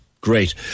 great